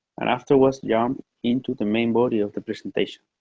and afterwards, jump into the main body of the presentation.